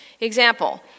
Example